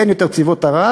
אין יותר צבאות ערב.